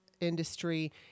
industry